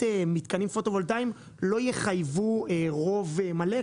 מתקנים פוטו-ןןלטאים לא יחייבו רוב מלא,